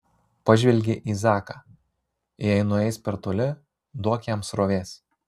pažvelgė į zaką jei nueis per toli duok jam srovės